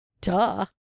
duh